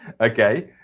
Okay